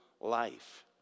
life